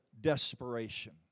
desperation